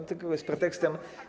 To tylko jest pretekstem.